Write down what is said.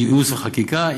ייעוץ וחקיקה.